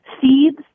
seeds